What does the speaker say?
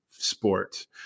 Sport